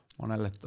monelle